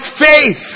faith